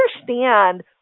understand